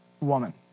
woman